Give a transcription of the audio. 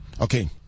Okay